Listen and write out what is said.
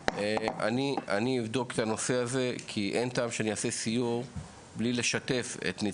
אני הבת של האוכלוסייה ואני נמצאת,